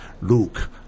Luke